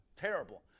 terrible